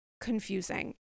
confusing